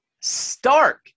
stark